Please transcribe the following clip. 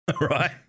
right